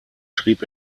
schrieb